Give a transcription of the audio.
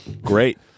Great